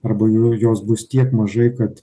arba jau jos bus tiek mažai kad